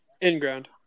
In-ground